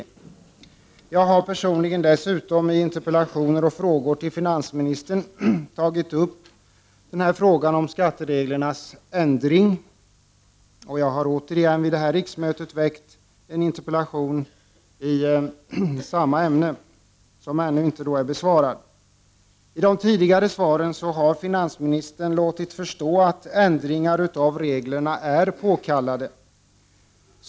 Dessutom har jag personligen i interpellationer och frågor till finansministern tagit upp frågan om skattereglernas ändring. Vid detta riksmöte har jag återigen väckt en interpellation i samma ämne. Den nnu inte besvarad. I sina tidigare svar har finansministern låtit förstå att ändringar av reglerna är påkallade.